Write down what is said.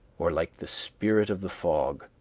or like the spirit of the fog.